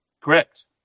Correct